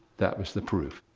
that was the proof.